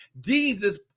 Jesus